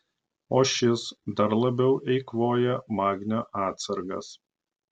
o šis dar labiau eikvoja magnio atsargas